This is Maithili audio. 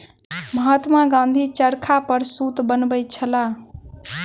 महात्मा गाँधी चरखा पर सूत बनबै छलाह